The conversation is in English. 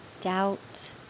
doubt